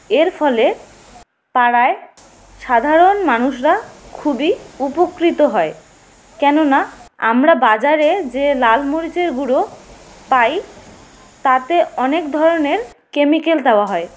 এর ফলে পাড়ায় সাধারণ মানুষরা খুবই উপকৃত হয় কেননা আমরা বাজারে যে লাল মরিচের গুঁড়ো পাই তাতে অনেক ধরনের কেমিক্যাল দেওয়া হয়